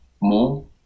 more